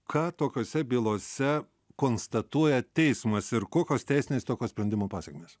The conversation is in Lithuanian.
ką tokiose bylose konstatuoja teismas ir kokios teisinės tokio sprendimo pasekmės